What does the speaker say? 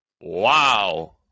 Wow